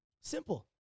Simple